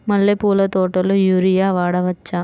మల్లె పూల తోటలో యూరియా వాడవచ్చా?